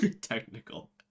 Technical